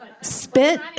spit